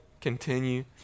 continue